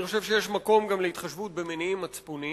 אני חושב שיש מקום גם להתחשבות במניעים מצפוניים.